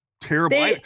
terrible